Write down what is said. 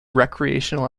recreational